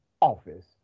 office